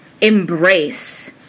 embrace